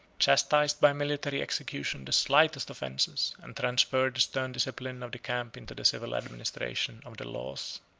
chastised by military execution the slightest offences, and transferred stern discipline of the camp into the civil administration of the laws.